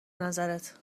نظرت